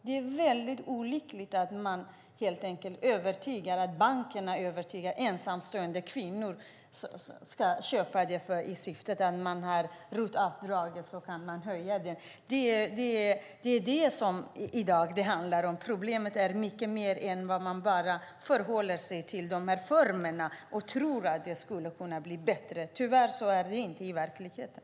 Det är olyckligt att bankerna övertalar ensamstående kvinnor att köpa i syfte att utnyttja ROT-avdraget för att höja värdet. Det är vad det handlar om i dag. Problemet är mer än att förhålla sig till formerna och tro att det blir bättre. Tyvärr är det inte så i verkligheten.